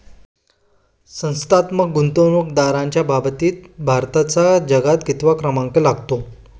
संस्थात्मक गुंतवणूकदारांच्या बाबतीत भारताचा जगात कितवा क्रमांक लागतो?